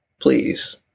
please